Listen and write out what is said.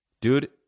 Dude